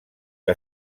que